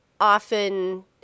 often